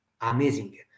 amazing